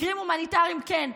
מקרים הומניטריים כן,